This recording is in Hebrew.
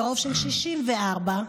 הצביעו נגד עילת הסבירות ברוב של 64,